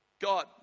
God